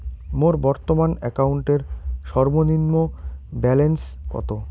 মোর বর্তমান অ্যাকাউন্টের সর্বনিম্ন ব্যালেন্স কত?